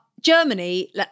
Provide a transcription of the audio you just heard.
Germany